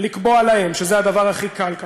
לקבוע להם, שזה כמובן הדבר הכי קל.